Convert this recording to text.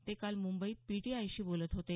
ते काल मुंबईत पीटीआयशी बोलत होते